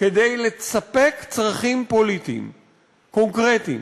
כדי לספק צרכים פוליטיים קונקרטיים,